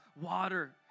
water